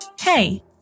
Hey